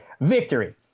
victory